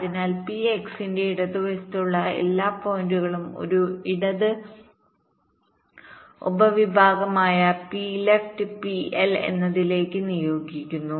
അതിനാൽ പി എക്സിന്റെ ഇടതുവശത്തുള്ള എല്ലാ പോയിന്റുകളും ഒരു ഇടത് ഉപവിഭാഗമായ പി ലെഫ്റ്റ് പി എൽ എന്നതിലേക്ക് നിയോഗിക്കുന്നു